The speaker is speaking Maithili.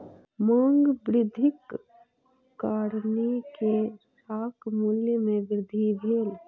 मांग वृद्धिक कारणेँ केराक मूल्य में वृद्धि भेल